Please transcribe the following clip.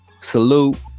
salute